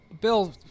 Bill